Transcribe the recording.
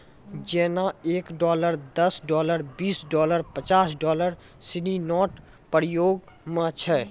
जेना एक डॉलर दस डॉलर बीस डॉलर पचास डॉलर सिनी नोट प्रयोग म छै